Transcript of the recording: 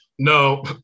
No